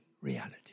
reality